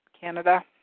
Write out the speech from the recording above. Canada